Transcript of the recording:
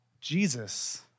Jesus